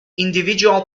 individual